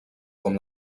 com